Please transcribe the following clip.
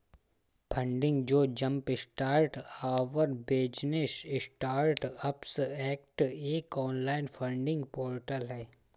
funding जो Jumpstart Our Business Startups Act एक online funding portal है